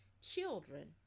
children